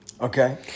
Okay